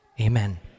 Amen